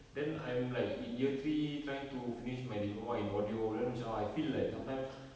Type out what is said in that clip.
then I'm like in year three trying to finish my diploma in audio then macam I feel like sometimes